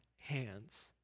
hands